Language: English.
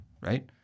Right